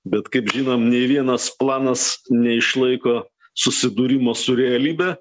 bet kaip žinom nei vienas planas neišlaiko susidūrimo su realybe